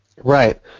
Right